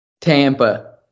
tampa